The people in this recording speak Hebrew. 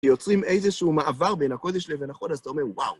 שיוצרים איזשהו מעבר בין הקודש לבין החול, אז אתה אומר: וואו!